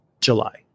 July